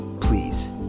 Please